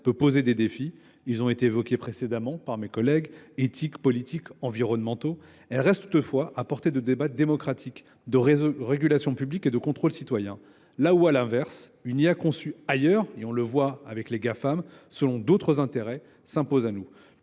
peut poser des défis, ils ont été évoqués précédemment par mes collègues, éthique, politique, environnementaux, elle reste toutefois à porter de débats démocratiques, de régulation publique et de contrôle citoyen. Là où, à l'inverse, une IA conçue ailleurs, et on le voit avec les GAFAM, selon d'autres intérêts, s'impose à nous.